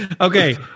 Okay